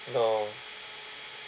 no